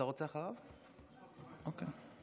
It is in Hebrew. הקמנו בצה"ל את קורס נתיב.